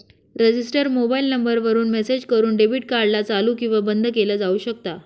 register mobile number वरून message करून debit card ला चालू किंवा बंद केलं जाऊ शकता